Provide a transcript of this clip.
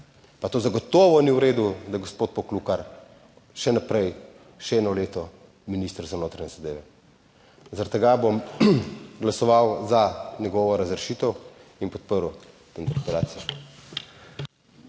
pa to zagotovo ni v redu, da je gospod Poklukar še naprej še eno leto minister za notranje zadeve. Zaradi tega bom glasoval za njegovo razrešitev in podprl interpelacijo.